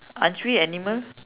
aren't we animals